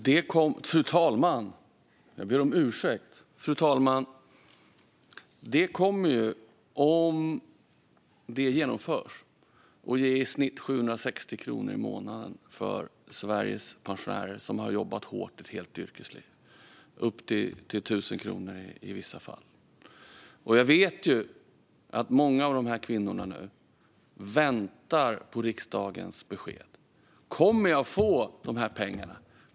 Fru talman! Detta kommer, om det genomförs, att ge i snitt 760 kronor i månaden för Sveriges pensionärer, som har jobbat hårt ett helt yrkesliv - upp till 1 000 kronor i vissa fall. Jag vet att många av dessa kvinnor nu väntar på riksdagens besked: Kommer jag att få de här pengarna?